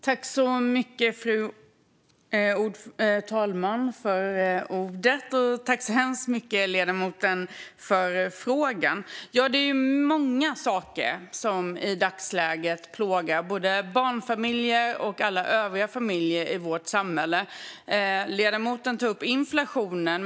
Fru talman! Tack så hemskt mycket för frågan, ledamoten! Det är många saker som i dagsläget plågar både barnfamiljer och alla övriga familjer i vårt samhälle. Ledamoten tog upp inflationen.